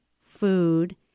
food